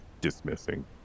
dismissing